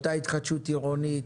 אותה התחדשות עירונית,